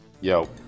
Yo